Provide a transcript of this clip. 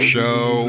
Show